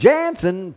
Jansen